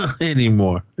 anymore